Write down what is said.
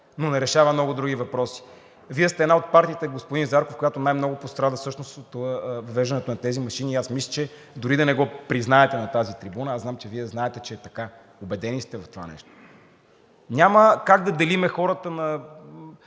но не решава много други въпроси. Вие сте една от партиите, господин Зарков, която най-много пострада всъщност от въвеждането на тези машини, и аз мисля, че дори да не го признаете на тази трибуна, аз знам, че Вие знаете, че е така, убедени сте в това нещо. Няма как да делим хората на